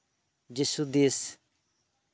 ᱫᱤᱥ ᱦᱩᱫᱤᱥ